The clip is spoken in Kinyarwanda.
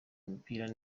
imipira